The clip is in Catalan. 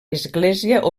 església